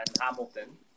Hamilton